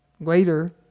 later